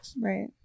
Right